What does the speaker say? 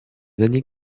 années